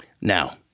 Now